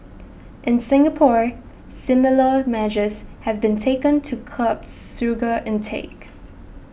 in Singapore similar measures have been taken to curb sugar intake